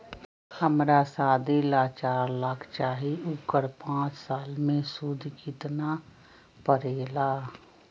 हमरा शादी ला चार लाख चाहि उकर पाँच साल मे सूद कितना परेला?